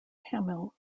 tamil